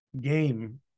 game